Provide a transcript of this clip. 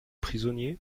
prisonniers